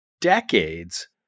decades